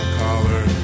collar